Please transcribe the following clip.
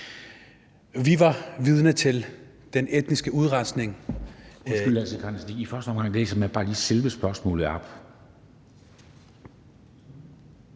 Vi var vidne til den etniske udrensning